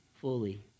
Fully